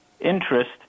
interest